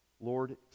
Lord